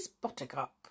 Buttercup